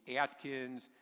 Atkins